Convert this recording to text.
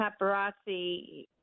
paparazzi